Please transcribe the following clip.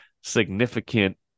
significant